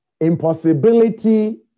Impossibility